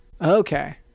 Okay